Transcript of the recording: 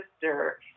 sister